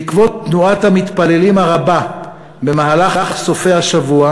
עקב תנועת המתפללים הרבה במהלך סופי השבוע,